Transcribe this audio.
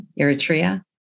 Eritrea